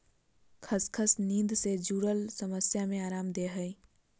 खसखस नींद से जुरल समस्या में अराम देय हइ